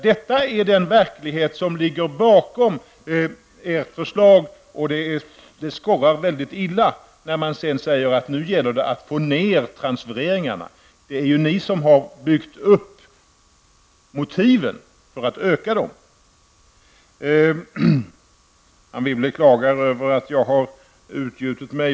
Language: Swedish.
Detta är den verklighet som ligger bakom ert förslag, och det skorrar väldigt illa när ni sedan säger att nu gäller det att få ner transfereringarna. Det är ju ni som har byggt upp motiven för att öka dem. Anne Wibble klagar över att jag har utgjutit mig.